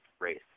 race